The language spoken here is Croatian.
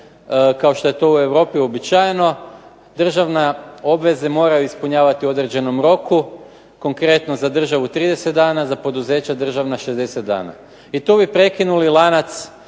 kao što je to u Europi uobičajeno državne obveze moraju ispunjavati u određenom roku. Konkretno, za državu 30 dana, za poduzeća državna 60 dana i tu bi prekinuli lanac